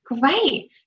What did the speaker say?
Great